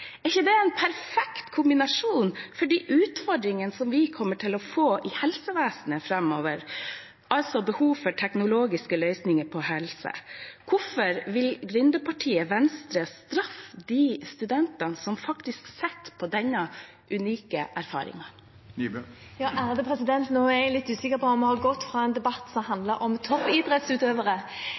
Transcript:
Er ikke det en perfekt kombinasjon for de utfordringene vi kommer til å få i helsevesenet framover, altså behov for teknologiske løsninger innen helse? Hvorfor vil gründerpartiet Venstre straffe de studentene som faktisk sitter på denne unike erfaringen? Jeg er litt usikker på om vi har gått fra en debatt som handlet om toppidrettsutøvere til en debatt som handler om